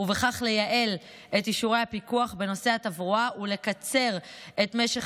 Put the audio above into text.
ובכך לייעל את אישורי הפיקוח בנושא התברואה ולקצר את משך